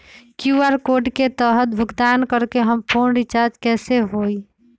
QR code के तहद भुगतान करके हम फोन रिचार्ज कैसे होई?